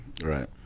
Right